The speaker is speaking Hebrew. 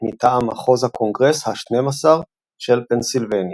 מטעם מחוז הקונגרס ה-12 של פנסילבניה.